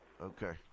Okay